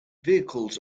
vehicles